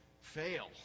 fail